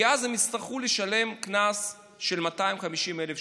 כי אז הם יצטרכו לשלם קנס של 250,000 שקל.